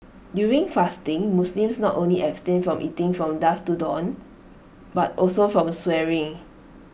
during fasting Muslims not only abstain from eating from dusk to dawn but also from swearing